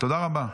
תודה רבה.